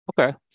Okay